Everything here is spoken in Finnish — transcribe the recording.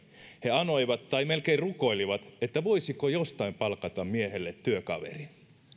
he anoivat tai melkein rukoilivat että voisiko jostain palkata miehelle työkaverin annoin